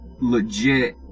legit